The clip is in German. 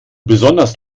besonders